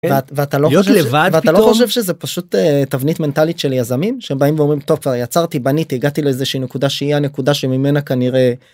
להיות לבד פתאום? ואתה לא חושב שזה פשוט תבנית מנטלית של יזמים שבאים ואומרים טוב יצרתי בניתי הגעתי לזה שהיא הנקודה שהיא הנקודה שממנה כנראה...